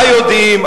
מה יודעים,